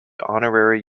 honorary